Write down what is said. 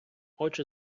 очі